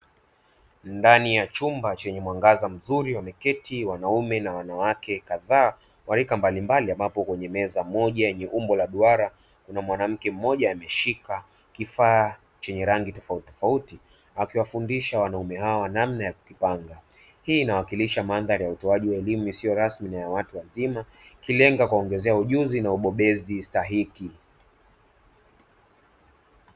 Ndani ya chumba chenye mwangaza mzuri wameketi wanaume na wanawake kadhaa, wa rika mbalimbali, ambapo kwenye meza moja yenye umbo la duara, kuna mwanamke mmoja ameshika kifaa chenye rangi tofauti tofauti, akiwafundisha wanaume hawa namna ya kukipanga. Hii inawakilisha mandhari ya utoaji wa elimu isiyo rasmi kwa watu wazima, kikilenga kuongezea ujuzi na ubobezi stahiki.